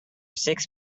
six